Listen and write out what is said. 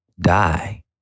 die